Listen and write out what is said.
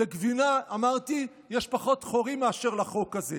לגבינה, אמרתי, יש פחות חורים מאשר לחוק הזה.